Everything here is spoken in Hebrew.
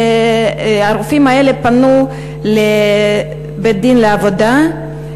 הרופאים האלה פנו לבית-דין לעבודה,